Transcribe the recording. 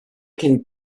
can